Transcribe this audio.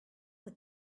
with